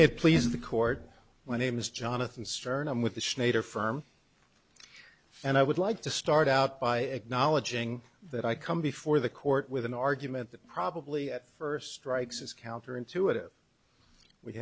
it please the court when name is jonathan stern i'm with this nader firm and i would like to start out by acknowledging that i come before the court with an argument that probably at first strikes is counter intuitive we